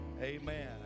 Amen